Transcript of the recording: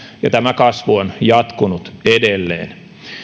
ja tämä kasvu on jatkunut edelleen